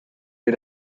wir